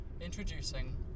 Introducing